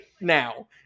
now